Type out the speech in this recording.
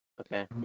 Okay